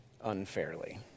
unfairly